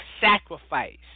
sacrifice